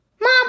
Mom